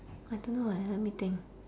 I don't know eh let me think